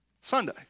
Sunday